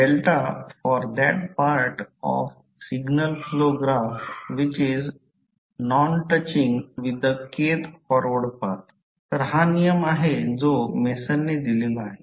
kTheforthatpartofthesignalflowgraphwhichisnon touchingwiththekthforwardpath तर हा नियम आहे जो मेसनने दिलेला आहे